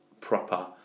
proper